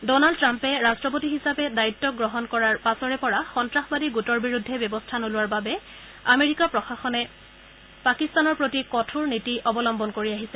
Donald ট্ৰাম্পে ৰট্টপতি হিচাপে দায়িত্ব গ্ৰহণ কৰাৰ পাছৰে পৰা সন্তাসবাদী গোটৰ বিৰুদ্ধে ব্যৱস্থা নোলোৱাৰ বাবে আমেৰিকা প্ৰশাসনে পাকিস্তানৰ প্ৰতি কঠোৰ নীতি অৱলম্বন কৰি আহিছে